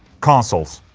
consoles